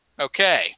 okay